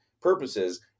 purposes